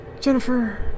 Jennifer